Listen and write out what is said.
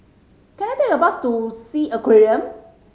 can I take a bus to Sea Aquarium